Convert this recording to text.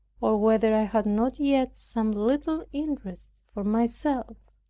or whether i had not yet some little interest for myself?